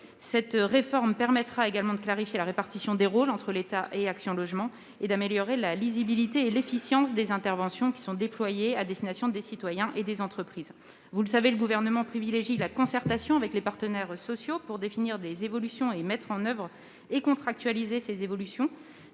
Cette réforme permettra également de clarifier la répartition des rôles entre l'État et Action Logement, tout en améliorant la lisibilité et l'efficience des interventions déployées en faveur des citoyens et des entreprises. Vous le savez, le Gouvernement privilégie la concertation avec les partenaires sociaux pour définir des évolutions, les mettre en oeuvre et les contractualiser. Cette